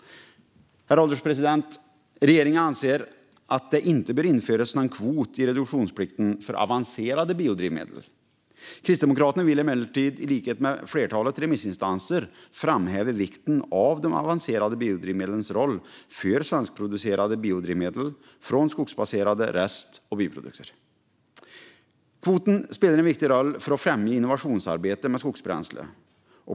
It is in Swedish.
Herr ålderspresident! Regeringen anser att det inte bör införas någon kvot i reduktionsplikten för avancerade biodrivmedel. Kristdemokraterna vill emellertid, i likhet med flertalet remissinstanser, framhäva vikten av de avancerade biodrivmedlens roll för svenskproducerade biodrivmedel från skogsbaserade rest och biprodukter. Kvoten spelar en viktig roll för att främja innovationsarbetet med skogsbränslen.